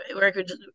records